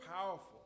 powerful